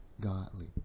godly